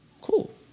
Cool